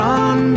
on